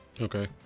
Okay